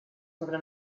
sobre